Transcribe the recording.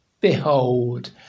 Behold